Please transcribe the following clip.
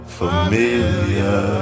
familiar